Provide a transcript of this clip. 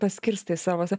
paskirstai savas